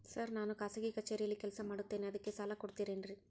Sir ನಾನು ಖಾಸಗಿ ಕಚೇರಿಯಲ್ಲಿ ಕೆಲಸ ಮಾಡುತ್ತೇನೆ ಅದಕ್ಕೆ ಸಾಲ ಕೊಡ್ತೇರೇನ್ರಿ?